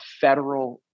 federal